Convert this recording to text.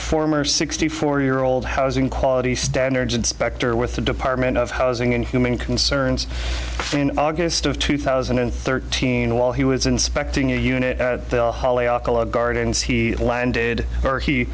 former sixty four year old housing quality standards inspector with the department of housing and human concerns in august of two thousand and thirteen while he was inspecting a unit gardens he landed